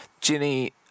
Ginny